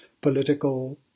political